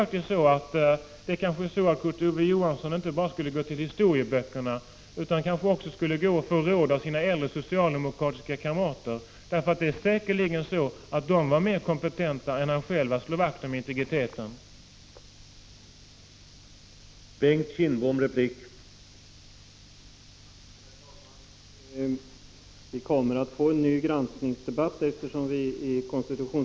Kurt Ove Johansson kanske inte bara skall gå till historieböckerna, han kanske också borde gå till sina äldre socialdemokratiska kamrater och få råd. Prot. 1985 Datapolitik